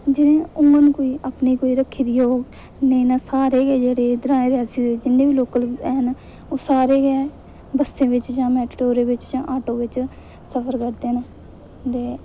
जिनें घुम्मन दी अपनी कोई रक्खी दी होग नेईं ता सारे जेह्दे इद्धर रक्खे दे सारे गै लोकल न ओह् सारे गै जां बस्सें बिच जां मेटाडोरें बिच जां ऑटो बिच गै जंदे न सफर करदे न ते